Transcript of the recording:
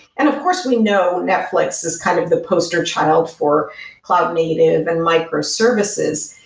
and of course we know netflix is kind of the poster child for cloud native and microservices,